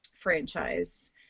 franchise